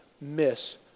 miss